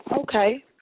Okay